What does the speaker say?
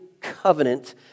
covenant